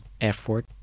effort